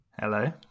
hello